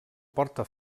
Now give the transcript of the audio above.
porta